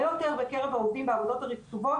יותר בקרב העובדים ובעבודות הרטובות,